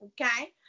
okay